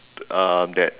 um that